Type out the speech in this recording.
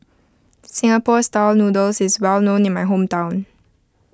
Singapore Style Noodles is well known in my hometown